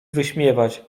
wyśmiewać